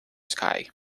sky